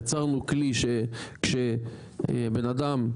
יצרנו כלי שכשבן אדם,